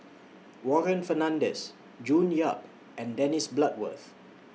Warren Fernandez June Yap and Dennis Bloodworth